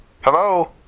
Hello